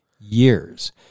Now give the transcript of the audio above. years